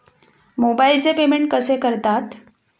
मोबाइलचे पेमेंट कसे करतात?